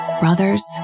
brothers